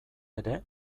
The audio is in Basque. ere